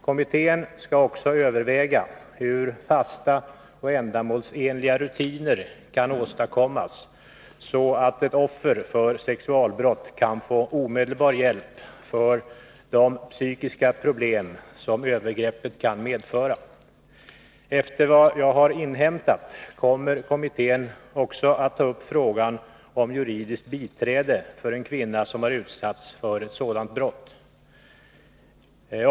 Kommittén skall också överväga hur fasta och ändamålsenliga rutiner kan åstadkommas, så att ett offer för sexualbrott kan få omedelbar hjälp för de psykiska problem som övergreppet kan medföra. Efter vad jag har inhämtat kommer kommittén också att ta upp frågan om juridiskt biträde för en kvinna som har utsatts för ett sådant brott.